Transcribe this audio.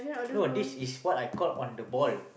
no this is what I call on the ball